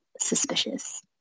suspicious